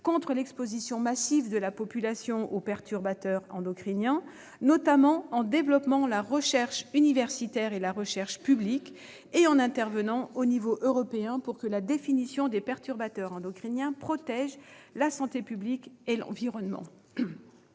contre l'exposition massive de la population aux perturbateurs endocriniens, notamment en développant la recherche universitaire et la recherche publique, et en intervenant au niveau européen pour que la définition des perturbateurs endocriniens protège la santé publique et l'environnement.